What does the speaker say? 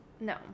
No